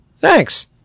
thanks